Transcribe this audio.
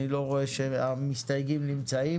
ואני לא רואה שהמסתייגים נמצאים.